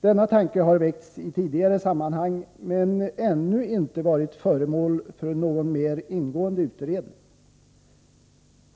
Denna tanke har väckts i tidigare sammanhang, men ännu inte varit föremål för någon mer ingående utredning.